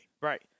Right